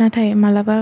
नाथाय मालाबा